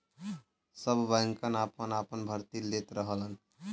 सब बैंकन आपन आपन भर्ती लेत रहलन